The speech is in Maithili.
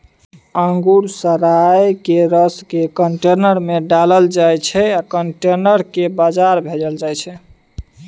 अंगुर सराए केँ रसकेँ कंटेनर मे ढारल जाइ छै कंटेनर केँ बजार भेजल जाइ छै